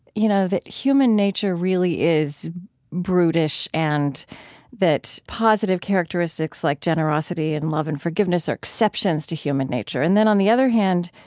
you know, that human nature really is brutish and that positive characteristics like generosity and love and forgiveness are exceptions to human nature. and then on the other hand,